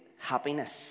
happiness